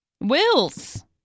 Wills